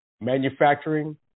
manufacturing